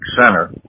center